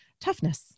toughness